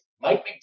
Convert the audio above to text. Mike